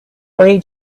three